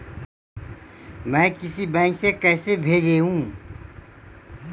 मैं किसी बैंक से कैसे भेजेऊ